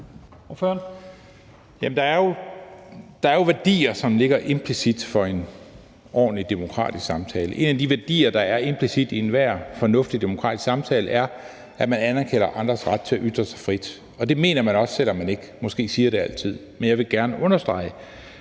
der er jo værdier, som ligger implicit i forhold til en ordentlig demokratisk samtale. En af de værdier, der er implicit i enhver fornuftig demokratisk samtale, er, at man anerkender andres ret til at ytre sig frit, og man mener det også, selv om man måske ikke altid siger det. Men jeg vil gerne understrege